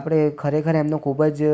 આપણે ખરેખર એમનો ખૂબ જ